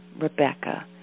Rebecca